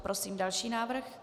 Prosím další návrh.